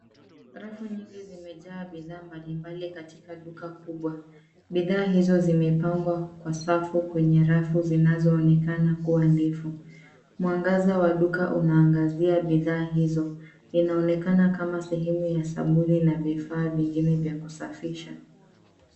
Rafu nyingi zimejaa bidhaa mbalimbali katika duka kubwa. Bidhaa hizo zimepangwa kwa safu kwenye rafu zinazoonekana kuwa ndefu. Mwangaza wa duka unaangazia bidhaa hizo. Inaonekana kama sehemu ya sabuni na bidhaa vingine vya kusafisha.